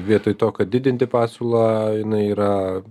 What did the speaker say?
vietoj to kad didinti pasiūlą jinai yra